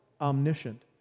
omniscient